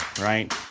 right